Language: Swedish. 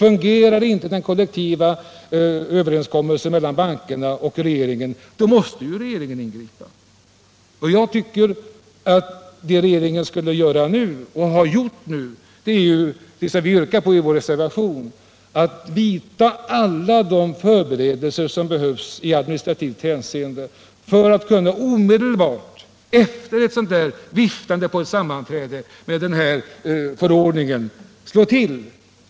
Fungerar inte den kollektiva överenskommelsen mellan bankerna och regeringen måste regeringen ingripa. Vad regeringen skulle göra nu är det vi yrkar på i vår reservation, att vidta alla de förberedelser som behövs i administrativt hänseende för att omedelbart efter ett sådant där viftande med förordningen på ett sammanträde kunna slå till.